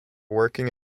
working